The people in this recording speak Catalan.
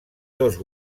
dos